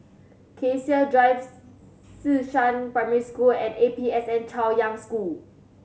Cassia Drive Xishan Primary School and A P S N Chaoyang School